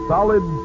Solid